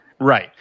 Right